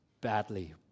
badly